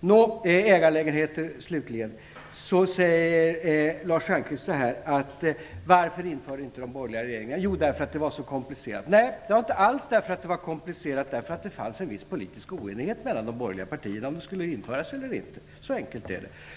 När det slutligen gäller ägarlägenheter frågar Lars Stjernkvist: Varför infördes de inte av de borgerliga regeringarna? Jo, därför att det är så komplicerat. Nej, det var inte alls därför att det var komplicerat, utan därför att det fanns en viss politisk oenighet mellan de borgerliga partierna om de skulle införas eller inte. Så enkelt är det.